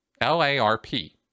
L-A-R-P